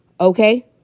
Okay